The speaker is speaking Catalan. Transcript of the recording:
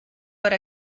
per